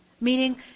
Meaning